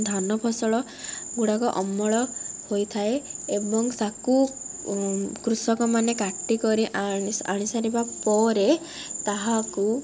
ଧାନ ଫସଲ ଗୁଡ଼ାକ ଅମଳ ହୋଇଥାଏ ଏବଂ ତାକୁ କୃଷକମାନେ କାଟି କରି ଆଣିସାରିବା ପରେ ତାହାକୁ